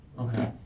Okay